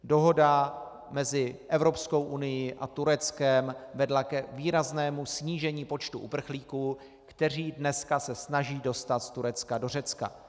Dohoda mezi Evropskou unií a Tureckem vedla k výraznému snížení počtu uprchlíků, kteří se dneska snaží dostat z Turecka do Řecka.